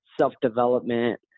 self-development